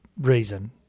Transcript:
reason